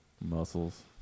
Muscles